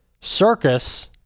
circus